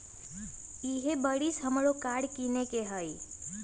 इहे बरिस हमरो कार किनए के हइ